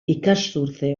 ikasturte